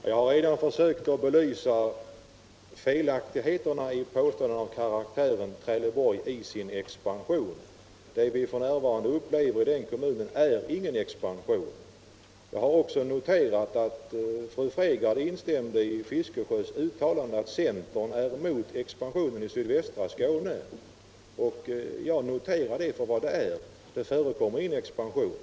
Herr talman! Jag har redan försökt belysa felaktigheterna i påståenden av karaktären ”Trelleborg i sin expansion”. Det vi f. n. upplever i den kommunen är ingen expansion. Jag har noterat att fru Fredgardh instämde i herr Fiskesjös uttalande att centern är emot expansionen i sydvästra Skåne. Jag tar det för vad det är, ett misslyckat men upplysande valtal.